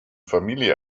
familie